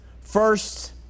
First